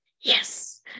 yes